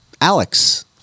Alex